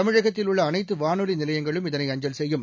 தமிழகத்தில் உள்ள அனைத்து வானொலி நிலையங்களும் இதனை அஞ்சல் செய்யும்